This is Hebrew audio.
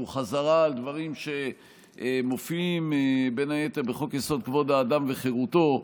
שהוא חזרה על דברים שמופיעים בין היתר בחוק-יסוד: כבוד האדם וחירותו,